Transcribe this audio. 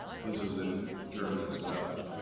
this is in german as well.